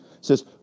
says